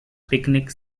picnic